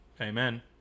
amen